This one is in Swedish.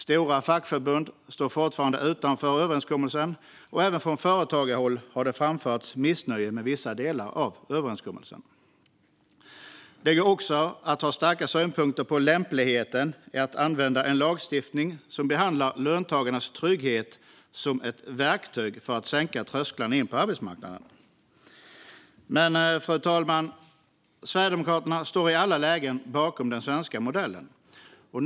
Stora fackförbund står fortfarande utanför överenskommelsen, och även från företagarhåll har det framförts missnöje med vissa delar av överenskommelsen. Det går också att ha starka synpunkter på lämpligheten i att använda en lagstiftning som behandlar löntagarnas trygghet som ett verktyg för att sänka trösklarna in på arbetsmarknaden. Men Sverigedemokraterna står i alla lägen bakom den svenska modellen, fru talman.